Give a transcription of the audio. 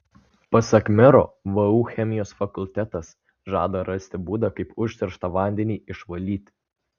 pasak mero vu chemijos fakultetas žada rasti būdą kaip užterštą vandenį išvalyti